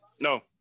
No